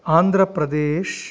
Andhra Pradesh